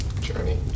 journey